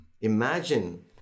imagine